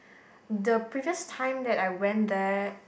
the previous time that I went there